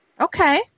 Okay